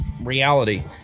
reality